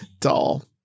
doll